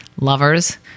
lovers